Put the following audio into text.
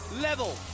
level